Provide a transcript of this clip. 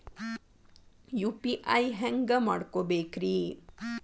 UPI ಹ್ಯಾಂಗ ಮಾಡ್ಕೊಬೇಕ್ರಿ?